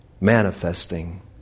manifesting